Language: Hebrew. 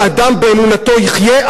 חברי הכנסת, נא לשבת.